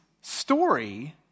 story